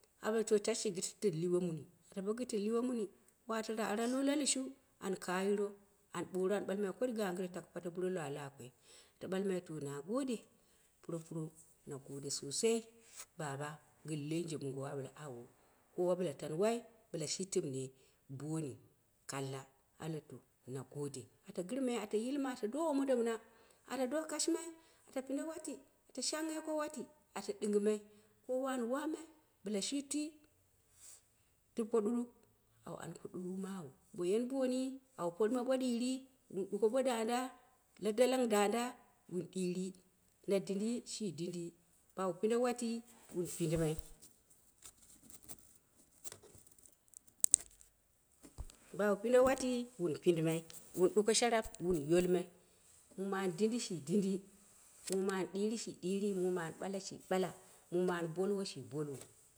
A ɓale to tashi shi gitiru luwemuni, ata bo gɗtɗru luwemuni watira ara lalushu an kayiro an ɓoro an ɓakomai taku gangɨre ku taku pate burohwa lwa koi ata ɓalmai to na gode. Puropuro na gode sosai baba gɨn lenje mongo a ɓale awo, kowa ɓɨla wai bɨla shi tɨmne booni kalla a ɓali to na gode ata girmai ata yilma ata do womondo mɨna ata do kashimai ata pinde wati ati shanghai ko wati ata ɗinggɨmai kowa an wamai bɨla shi tui tip ko ɗuɗuk awo anko duk womawu bo yini booni awu purma bo ɗiiri wun ɗuko bo daanda la dalang daanda wun ɗiiri, na dindi shi dindi bo awu pinde wati wun pindimai bo awu pinde wati wun pindimai, wun suko sharap wun yolmai mum an dindi shi dindi, mum an ɓala an shila mun an baluwu shi boluwo.